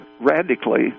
radically